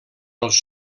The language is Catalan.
els